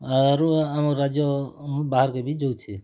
ଆରୁ ଆମ ରାଜ୍ୟ ବାହାର୍ କେ ବି ଯଉଛେ